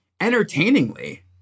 entertainingly